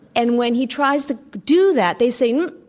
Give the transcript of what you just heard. and when he tries to do that, they say, mm.